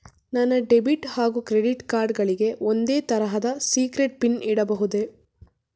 ನನ್ನ ಡೆಬಿಟ್ ಹಾಗೂ credit card ಗಳಿಗೆ ಒಂದೇ ತರಹದ ಸೀಕ್ರೇಟ್ ಪಿನ್ ಇಡಬಹುದೇ?